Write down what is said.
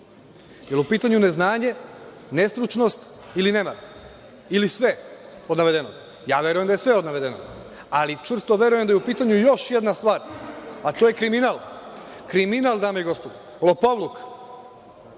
li je u pitanju neznanje, nestručnost ili nemar ili sve od navedenog? Verujem da je sve od navedenog, ali čvrsto verujem i da je u pitanju još jedna stvar, a to je kriminal, kriminal dame i gospodo, lopovluk,